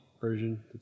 version